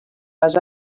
les